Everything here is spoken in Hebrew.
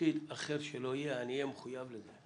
בתפקיד אחר שלא אהיה, אני אהיה מחויב לזה.